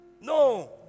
No